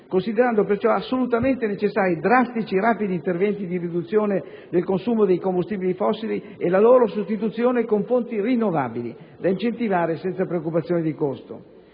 considerando perciò assolutamente necessari drastici e rapidi interventi di riduzione del consumo di combustibili fossili e la loro sostituzione con fonti rinnovabili da incentivare senza preoccupazione di costo.